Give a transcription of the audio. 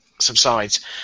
subsides